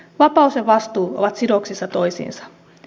vapaus ja vastuu ovat sidoksissa toisiinsa